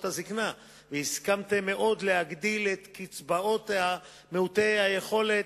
הזיקנה והסכמתם להגדיל את קצבאות מעוטי היכולת,